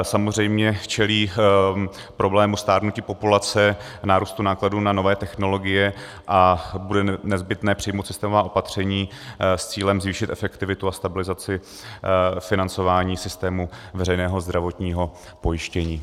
Samozřejmě čelí problému stárnutí populace, nárůstu nákladů na nové technologie a bude nezbytné přijmout systémová opatření s cílem zvýšit efektivitu a stabilizaci financování systému veřejného zdravotního pojištění.